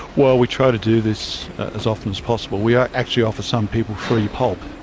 well, we try to do this as often as possible, we ah actually offer some people free pulp.